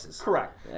Correct